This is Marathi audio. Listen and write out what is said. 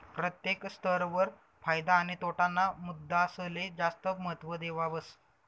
प्रत्येक स्तर वर फायदा आणि तोटा ना मुद्दासले जास्त महत्व देवावस